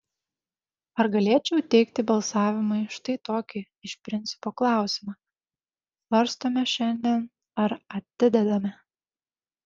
ar galėčiau teikti balsavimui štai tokį iš principo klausimą svarstome šiandien ar atidedame